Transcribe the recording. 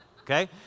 Okay